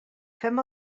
fem